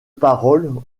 parole